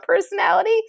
personality